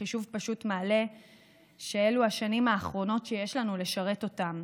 חישוב פשוט מעלה שאלו השנים האחרונות שיש לנו לשרת אותם,